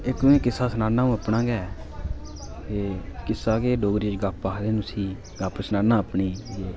इक में किस्सा सनान्नां अ'ऊं अपना गै किस्सा के डोगरी च गप्प आखदे न उसी गप्प सनान्नां अपनी